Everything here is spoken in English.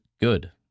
good